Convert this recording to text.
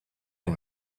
and